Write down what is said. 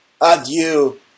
adieu